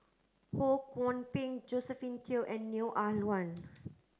Ho Kwon Ping Josephine Teo and Neo Ah Luan